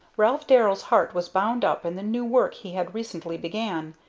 ralph darrell's heart was bound up in the new work he had recently began,